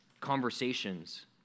Conversations